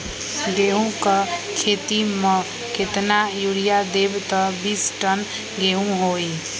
गेंहू क खेती म केतना यूरिया देब त बिस टन गेहूं होई?